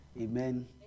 amen